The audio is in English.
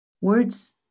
Words